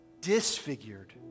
disfigured